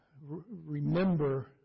remember